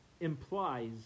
implies